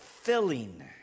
filling